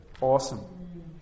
awesome